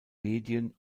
medien